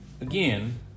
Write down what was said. Again